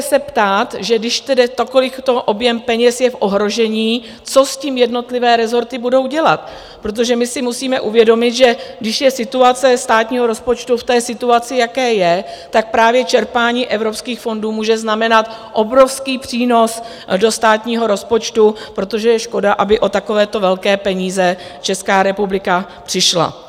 Je logické se ptát, že když tedy to, kolik... objem peněz je v ohrožení, co s tím jednotlivé rezorty budou dělat, protože my si musíme uvědomit, že když je situace státního rozpočtu v té situaci, v jaké je, tak právě čerpání evropských fondů může znamenat obrovský přínos do státního rozpočtu, protože je škoda, aby o takovéto velké peníze Česká republika přišla.